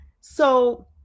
So-